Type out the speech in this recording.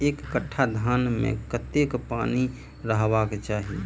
एक कट्ठा धान मे कत्ते पानि रहबाक चाहि?